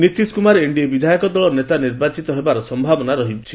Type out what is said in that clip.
Nitish Kumar NDA ବିଧାୟକ ଦଳ ନେତା ନିର୍ବାଚିତ ହେବାର ସମ୍ଭାବନା ରହିଛି